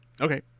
Okay